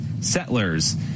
settlers